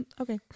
Okay